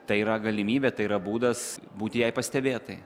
tai yra galimybė tai yra būdas būti jai pastebėtai